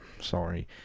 sorry